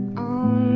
on